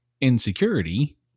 insecurity